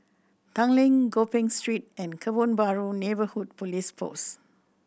Tanglin Gopeng Street and Kebun Baru Neighbourhood Police Post